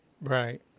Right